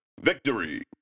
Victory